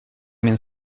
min